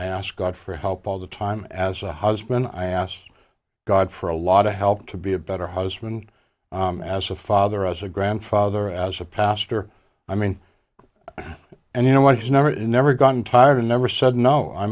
god for help all the time as a husband i asked god for a lot of help to be a better husband as a father as a grandfather as a pastor i mean and you know what he's never in never gotten tired and never said no i